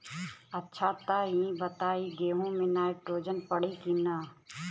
अच्छा त ई बताईं गेहूँ मे नाइट्रोजन पड़ी कि ना?